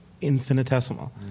infinitesimal